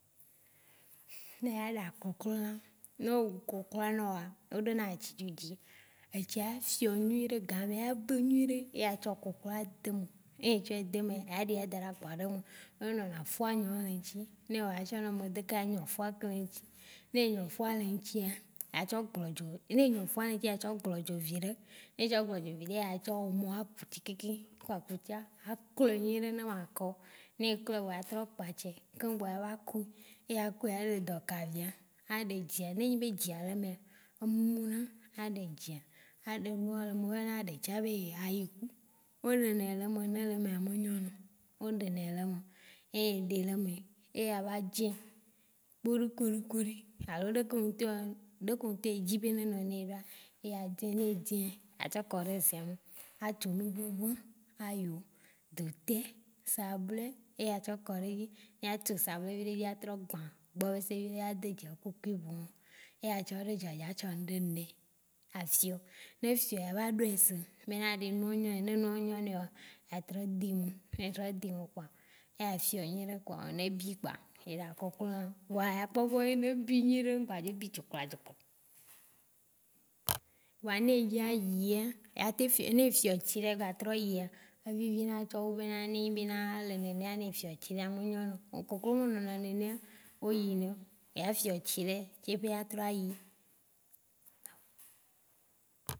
Ne eya ɖa koklo lã, no o wu kokola naoa o ɖo na etsi dzo dzi etsia fiɔ nyuiɖe gamea eve nyuiɖe. Eya tsɔ kokloa de me. E etsɔ de mea ya de a tsɔ daɖe akplɔa ɖe me. Enɔna eyi le wo ŋtsi, ne ewɔa a tsɔ ne me de ke a nɔ fua ke le eŋtsi. Ne ɖe efua le eŋtsi eya tsɔ gblɔdzɔ viɖe. Ne etsɔ gblɔdzɔ viɖea a tsɔ omo a ku tsi keke ku akutsa a klɔɛ nyuiɖe ne ma kɔ. Ne eklɔɛ vɔa a trɔ kpatse keŋ gbɔ a va kui, eya va kuia ele dɔkavia a ɖe dzea, ne enyi be edzea le mea emumu na. A ɖe dzea, a ɖe nua mua ɖe dzea be ya yeku. Wo ɖenɛ le me ne ele mea me nyɔnao. O ɖenɛ le me. Eye eɖe leme eya va dzẽ ya kpoɖi koɖikoɖikoɖi. Alo ɖeke wo ŋtɔ-ɖeke wo ŋtɔ edzi be ne nɔ nɛ ɖa eya dzẽ, ne edzẽa, a tsɔ kɔɖe zea me a tsu nu kekekeke, ayo, gletɛ, sabulɛ, eya kɔɖe edzi. Eya tsu sabulɛ viɖe ya trɔ gbã gbɔbese ya de dze ku cube wo. Eya tsɔ de dzo dzi a tsɔ ŋɖe nɛ a fiɔ, ya va ɖɔe se bena, enua nyɔ nea, ne eua nyɔ nea kpɔa ya trɔ de me, ne etrɔ de me kpɔa ya fiɔ nyuiɖe kpɔa ne ebi kpɔa eya kɔ klɔ, vɔa eya kpɔbe be nɛ ebi nyuiɖe, ŋgba dzo bi tsukpatsukpo. Vɔa ne edzi a yia, ya te fi- ne efiɔ tsi ɖe gba trɔ yia evivi na tsɔ wu bena nenɣ enyi bena ele nenea ne fiɔ tsi ɖea me nyo nao. k Koklo me lɔna nenea o yinɛo. Eya fiɔ tsi ɖe, tse ƒe a trɔ yi.